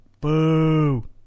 Boo